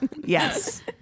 Yes